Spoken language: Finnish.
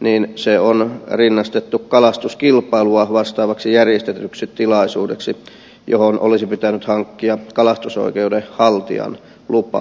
niin se on rinnastettu kalastuskilpailua vastaavaksi järjestetyksi tilaisuudeksi johon olisi pitänyt hankkia kalastusoikeuden haltijan lupa